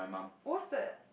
what's that